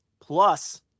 plus